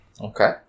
Okay